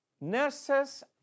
nurses